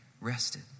rested